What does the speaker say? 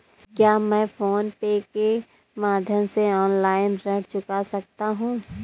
क्या मैं PhonePe के माध्यम से ऑनलाइन ऋण चुका सकता हूँ?